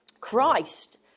Christ